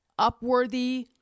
upworthy